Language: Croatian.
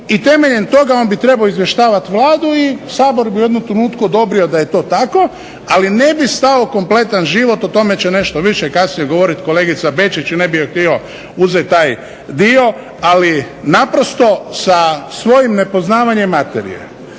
i temeljem toga on bi trebao izvještavat Vladu i Sabor bi u jednom trenutku odobrio da je to tako ali ne bi stao kompletan život. O tome će nešto više kasnije govoriti kolegica Bečić i ne bih joj htio uzeti taj dio, ali naprosto sa svojim nepoznavanjem materije,